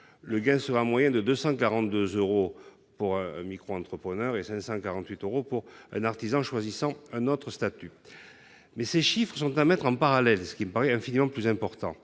le gain moyen sera de 242 euros pour un micro-entrepreneur et de 548 euros pour un artisan choisissant un autre statut. Ces chiffres sont toutefois à mettre en parallèle, ce qui me paraît infiniment plus important,